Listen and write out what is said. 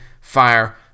Fire